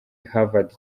havard